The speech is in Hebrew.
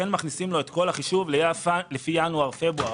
אנחנו כן מכניסים את כל החישוב לפי ינואר-פברואר,